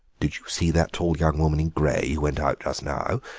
did you see that tall young woman in grey who went out just now?